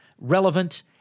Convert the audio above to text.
relevant